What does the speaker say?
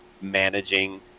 managing